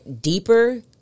deeper